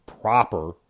proper